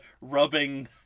rubbing